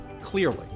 Clearly